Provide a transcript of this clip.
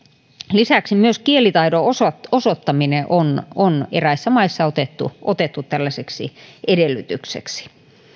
lisäksi myös kielitaidon osoittaminen on on eräissä maissa otettu otettu tällaiseksi edellytykseksi